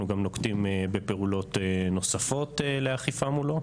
גם נוקטים בפעולות נוספות לאכיפה מולו.